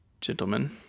gentlemen